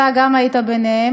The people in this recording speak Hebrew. גם אתה היית ביניהם,